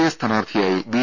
A സ്ഥാനാർത്ഥിയായി B